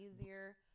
easier